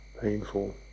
painful